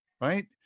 right